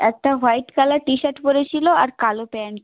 একটা white colour T shirt পড়ে ছিলো আর কালো প্যান্ট